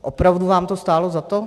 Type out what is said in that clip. Opravdu vám to stálo za to?